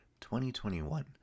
2021